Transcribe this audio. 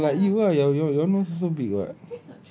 ya like you ah your your nose also big [what]